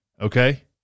Okay